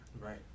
Right